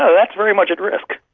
ah that's very much at risk.